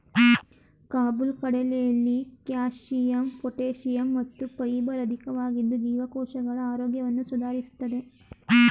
ಕಾಬುಲ್ ಕಡಲೆಲಿ calcium potassium ಮತ್ತು fibre ಅಧಿಕವಾಗಿದ್ದು ಜೀವಕೋಶಗಳ ಆರೋಗ್ಯವನ್ನು ಸುಧಾರಿಸ್ತದೆ